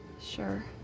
Sure